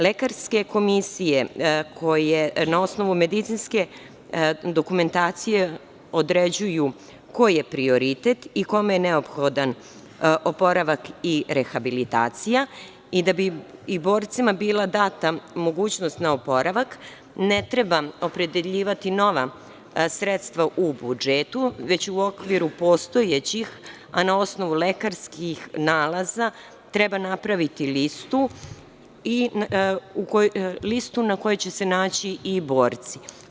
Lekarske komisije koje na osnovu medicinske dokumentacije određuju ko je prioritet i kome je neophodan oporavak i rehabilitacija, i da bi borcima bila data mogućnost na oporavak ne treba opredeljivati nova sredstva u budžetu već u okviru postojećih a na osnovu lekarskih nalaza treba napraviti listu na kojoj će se naći i borci.